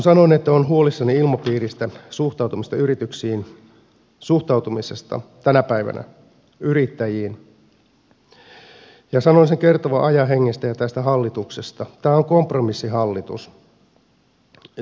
sanoin että olen huolissani ilmapiiristä suhtautumisesta yrityksiin suhtautumisesta tänä päivänä yrittäjiin ja sanoin sen kertovan ajan hengestä ja tästä hallituksesta tämä on kompromissihallitus